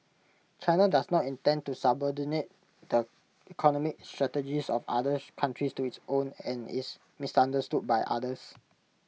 China does not intend to subordinate the economic strategies of others countries to its own and is misunderstood by others